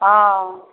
हँ